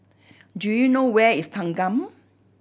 do you know where is Thanggam